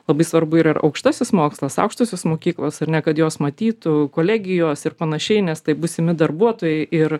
labai svarbu ir aukštasis mokslas aukštosios mokyklos ar ne kad jos matytų kolegijos ir panašiai nes tai būsimi darbuotojai ir